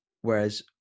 Whereas